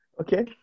Okay